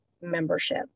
membership